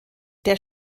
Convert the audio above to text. der